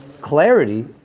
clarity